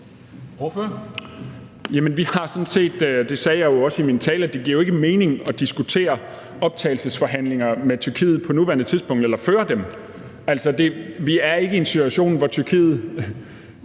det sagde jeg også i min tale – ikke mening at diskutere optagelsesforhandlinger med Tyrkiet på nuværende tidspunkt eller at føre dem. Altså, vi er ikke i en situation, hvor det